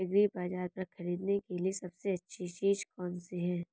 एग्रीबाज़ार पर खरीदने के लिए सबसे अच्छी चीज़ कौनसी है?